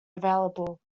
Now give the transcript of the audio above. available